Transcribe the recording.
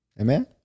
amen